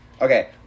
Okay